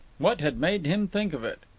what had made him think of it?